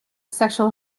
sexual